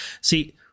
See